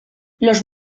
los